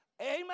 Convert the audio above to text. Amen